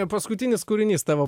paskutinis kūrinys tavo